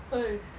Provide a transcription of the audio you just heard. !oi!